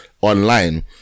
online